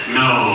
no